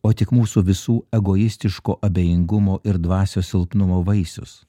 o tik mūsų visų egoistiško abejingumo ir dvasios silpnumo vaisius